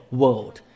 world